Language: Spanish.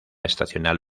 estacional